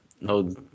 no